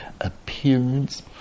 appearance